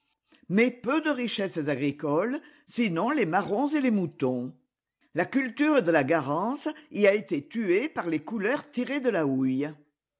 mais peu de richesses agricoles sinon les marrons et les moutons la culture de la garance y a été tuée par les couleurs tirées de la houille